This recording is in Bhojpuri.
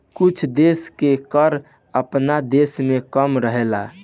कुछ देश के कर आपना देश से कम रहेला